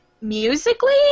musically